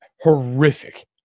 horrific